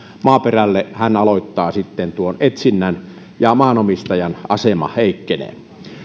maaperälle aloittaa tuon etsinnän ja maanomistajan asema heikkenee